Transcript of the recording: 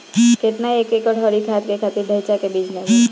केतना एक एकड़ हरी खाद के खातिर ढैचा के बीज लागेला?